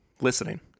listening